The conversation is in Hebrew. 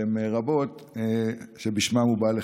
והן רבות, שבשמן הוא בא לכאן.